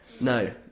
No